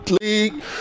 league